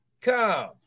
come